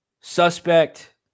Suspect